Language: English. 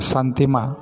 Santima